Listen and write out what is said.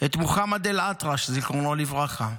את מוחמד אל-אטרש, זיכרונו לברכה,